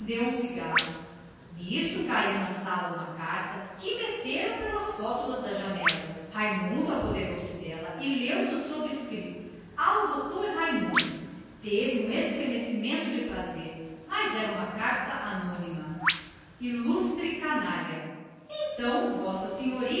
acendeu um cigarro nisto caiu na sala uma carta que meteram pelas rótulas da janela raimundo apoderou-se dela e leu no subscrito ao dr raimundo teve um estremecimento de prazer imaginando fosse de ana rosa mas era simplesmente uma carta anônima ilustre canalha então v